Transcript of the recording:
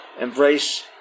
embrace